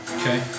Okay